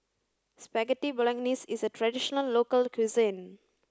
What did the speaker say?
Spaghetti Bolognese is a traditional local cuisine